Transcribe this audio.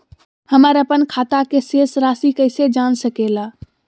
हमर अपन खाता के शेष रासि कैसे जान सके ला?